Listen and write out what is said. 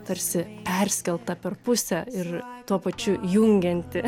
tarsi perskelta per pusę ir tuo pačiu jungianti